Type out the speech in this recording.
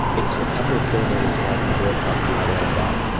it's a couple of kilometres away from the birthplace of the eight hour day.